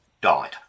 died